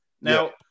Now